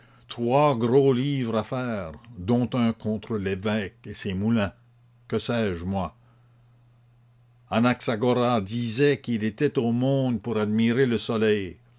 trois gros livres à faire dont un contre l'évêque et ses moulins que sais-je moi anaxagoras disait qu'il était au monde pour admirer le soleil